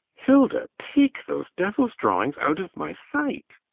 hilda take those devil's drawings out of my sight!